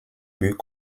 but